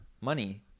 money